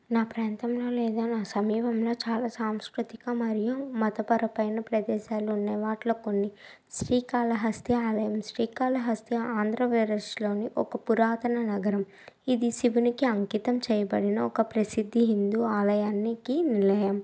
నా ప్రాంతంలో లేదా నా సమయంలో చాలా సాంస్కృతిక మరియు మతపరపైన ప్రదేశాలున్నాయి వాటిలో కొన్ని శ్రీకాళహస్తి ఆలయం శ్రీకాళహస్తి ఆంధ్రప్రదేశ్లోని ఒక పురాతన నగరం ఇది శివునికి అంకితం చేయబడిన ఒక ప్రసిద్ది హిందూ ఆలయానికి నిలయం